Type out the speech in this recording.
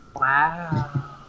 Wow